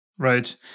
Right